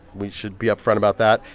we should be upfront about that.